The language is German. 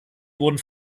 wurden